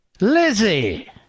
Lizzie